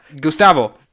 gustavo